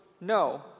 no